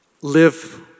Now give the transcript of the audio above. live